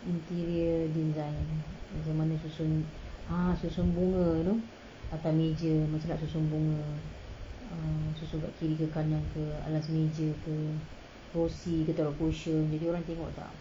interior design macam mana susun ah susun bunga atau meja macam mana nak susun bunga err susan kat kiri ke kanan ke alas meja ke kerusi ke taruh cushion video orang tengok tak